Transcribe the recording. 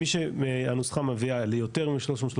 מי שהנוסחה מביאה ליותר מ-330,